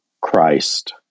Christ